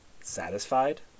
Satisfied